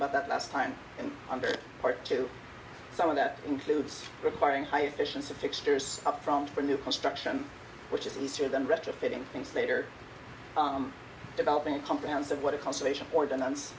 about that last time and under part two some of that includes requiring high efficiency fixtures upfront for new construction which is easier than retrofitting things later on developing a comprehensive what a conservation ordinance